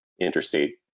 interstate